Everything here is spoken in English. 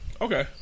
Okay